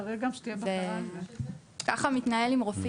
כך זה מתנהל עם רופאים.